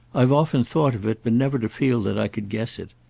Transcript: i've often thought of it, but never to feel that i could guess it.